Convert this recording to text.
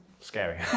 Scary